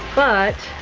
but,